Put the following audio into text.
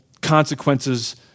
consequences